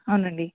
అవునండి